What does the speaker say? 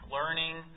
learning